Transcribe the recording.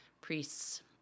priests